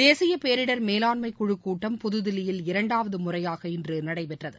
தேசிய பேரிடர் மேலாண்மை குழு கூட்டம் புதுதில்லியில் இரண்டாவது முறையாக இன்று நடைபெற்றது